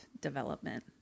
development